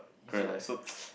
so